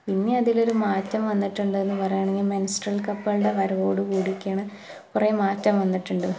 പിന്നെ അതിലൊരു മാറ്റം വന്നിട്ടുണ്ടെന്നു പറയുകയാണെങ്കിൽ മെന്സ്ട്രല് കപ്പുകളുടെ വരവോടു കൂടിയൊക്കെയാണ് കുറേ മാറ്റം